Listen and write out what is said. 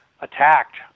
attacked